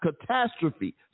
Catastrophe